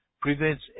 prevents